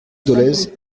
dolez